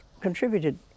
contributed